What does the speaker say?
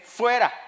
fuera